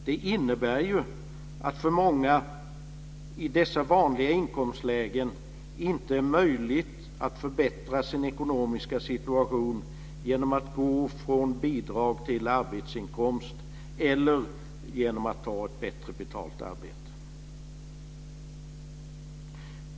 Det innebär ju att det för många i dessa vanliga inkomstlägen inte är möjligt att förbättra sin ekonomiska situation genom att gå från bidrag till arbetsinkomst eller genom att ta ett bättre betalt arbete.